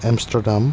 Amsterdam